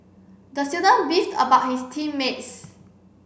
the student beefed about his team mates